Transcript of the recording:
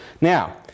Now